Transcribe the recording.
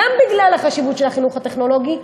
גם בגלל החשיבות של החינוך הטכנולוגי,